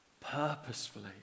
purposefully